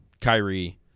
Kyrie